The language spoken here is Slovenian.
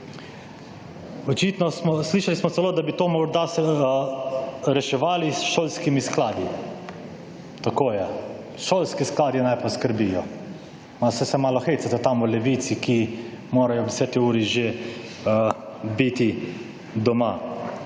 Očitno smo, slišali smo celo, da bi to morda reševali s šolskimi skladi. Tako je. Šolski skladi naj poskrbijo. Saj se malo hecate tam v Levici, ki morajo ob deseti uri že biti doma.